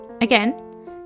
Again